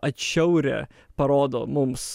atšiaurią parodo mums